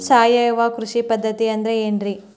ಸಾವಯವ ಕೃಷಿ ಪದ್ಧತಿ ಅಂದ್ರೆ ಏನ್ರಿ?